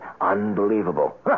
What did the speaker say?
unbelievable